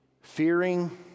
fearing